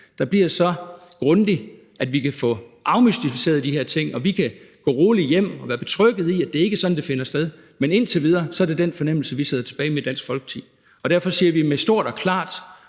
der bliver så grundig, at vi kan få afmystificeret de her ting og kan gå roligt hjem og være betrygget i, at det ikke er sådan, det finder sted. Men indtil videre er det den fornemmelse, vi sidder tilbage med i Dansk Folkeparti. Derfor siger vi i Dansk Folkeparti